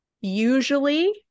Usually